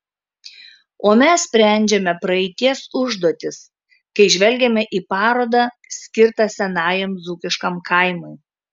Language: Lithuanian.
o mes sprendžiame praeities užduotis kai žvelgiame į parodą skirtą senajam dzūkiškam kaimui